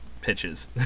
pitches